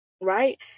right